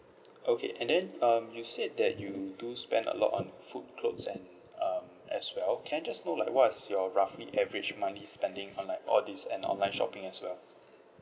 okay and then um you said that you do spend a lot on food clothes and um as well can I just know like what's your roughly average monthly spending on like all of these and online shopping as well